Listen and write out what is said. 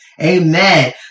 Amen